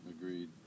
Agreed